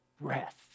breath